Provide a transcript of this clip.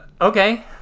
Okay